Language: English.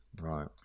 Right